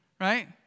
Right